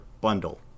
bundle